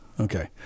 Okay